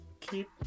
keep